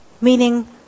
meaning